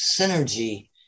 synergy